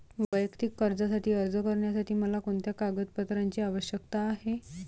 वैयक्तिक कर्जासाठी अर्ज करण्यासाठी मला कोणत्या कागदपत्रांची आवश्यकता आहे?